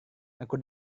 aku